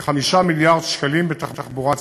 וכ-5 מיליארד שקלים בתחבורה ציבורית,